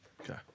Okay